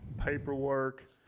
paperwork